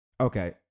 Okay